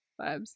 vibes